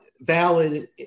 valid